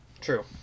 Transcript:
True